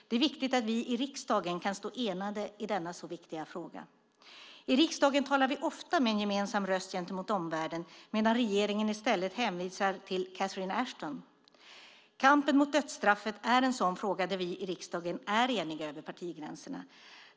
Det är viktigt att vi i riksdagen kan stå enade i denna viktiga fråga. I riksdagen talar vi ofta med en gemensam röst gentemot omvärlden, medan regeringen i stället hänvisar till Catherine Ashton. Kampen mot dödsstraffet är en sådan fråga där vi i riksdagen är eniga över partigränserna.